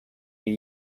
jej